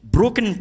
Broken